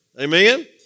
Amen